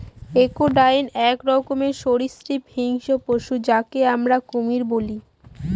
crocodile এক রকমের সরীসৃপ হিংস্র পশু যাকে আমরা কুমির বলি